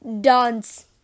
dance